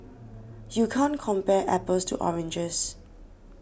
you can't compare apples to oranges